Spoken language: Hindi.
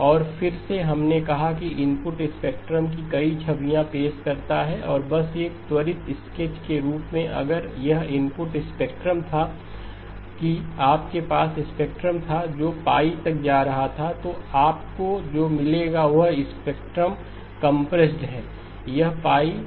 और फिर से हमने कहा कि इनपुट स्पेक्ट्रम की कई छवियां पेश करता है और बस एक त्वरित स्केच के रूप में अगर यह इनपुट स्पेक्ट्रम था कि आपके पास स्पेक्ट्रम था जो पाइ तक जा रहा था तो आपको जो मिलेगा वह स्पेक्ट्रम कंप्रेस्ड है